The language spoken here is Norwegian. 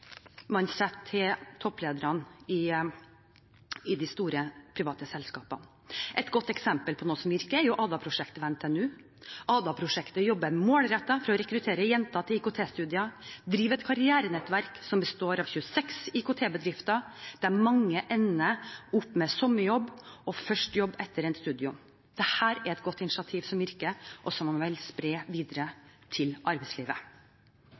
setter for topplederne i de store private selskapene? Et godt eksempel på noe som virker, er Ada-prosjektet ved NTNU. Ada-prosjektet jobber målrettet for å rekruttere jenter til IKT-studier og driver et karrierenettverk som består av 26 IKT-bedrifter, der mange jenter ender opp med sommerjobb og første jobb etter endt studium. Dette er et godt initiativ som virker, og som jeg vil spre videre til arbeidslivet.